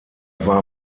war